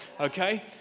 okay